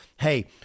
hey